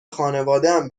خانوادهام